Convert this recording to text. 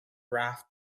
raft